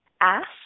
ask